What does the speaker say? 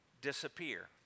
disappear